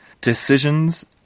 decisions